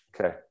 Okay